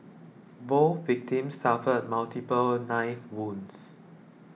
both victims suffered multiple knife wounds